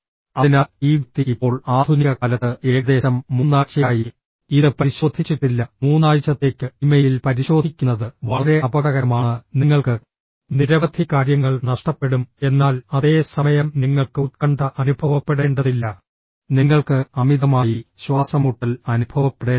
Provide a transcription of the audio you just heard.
അതിനാൽ ഈ വ്യക്തി ഇപ്പോൾ ആധുനിക കാലത്ത് ഏകദേശം മൂന്നാഴ്ചയായി ഇത് പരിശോധിച്ചിട്ടില്ല മൂന്നാഴ്ചത്തേക്ക് ഇമെയിൽ പരിശോധിക്കുന്നത് വളരെ അപകടകരമാണ് നിങ്ങൾക്ക് നിരവധി കാര്യങ്ങൾ നഷ്ടപ്പെടും എന്നാൽ അതേ സമയം നിങ്ങൾക്ക് ഉത്കണ്ഠ അനുഭവപ്പെടേണ്ടതില്ല നിങ്ങൾക്ക് അമിതമായി ശ്വാസംമുട്ടൽ അനുഭവപ്പെടേണ്ടതില്ല